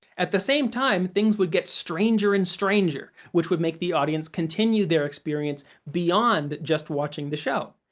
at the same time, things would get stranger and stranger, which would make the audience continue their experience beyond just watching the show.